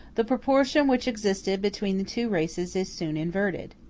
the proportion which existed between the two races is soon inverted.